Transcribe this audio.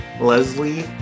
Leslie